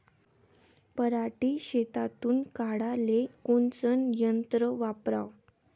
पराटी शेतातुन काढाले कोनचं यंत्र वापराव?